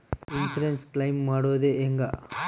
Insurance claim ಮಾಡೋದು ಹೆಂಗ?